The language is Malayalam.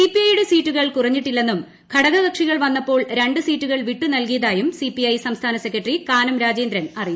സിപിഐയുടെ സീറ്റുകൾ കുറഞ്ഞിട്ടില്ലെന്നും ഘടകകക്ഷികൾ വന്നപ്പോൾ രണ്ട് സീറ്റുകൾ വിട്ടു നൽകിയതായും സിപിഐ സംസ്ഥാന സെക്രട്ടറി കാനം രാജേന്ദ്രൻ വൃക്തമാക്കി